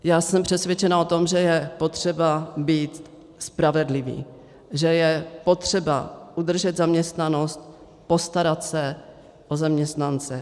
Já jsem přesvědčena o tom, že je potřeba být spravedlivý, že je potřeba udržet zaměstnanost, postarat se o zaměstnance.